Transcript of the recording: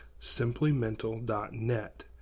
SimplyMental.net